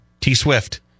T-Swift